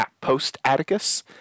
post-Atticus